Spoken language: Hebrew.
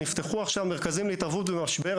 נפתחו עכשיו מרכזים להתערבות במשבר,